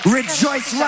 rejoice